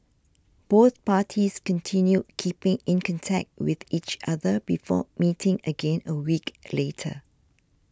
both parties continued keeping in contact with each other before meeting again a week later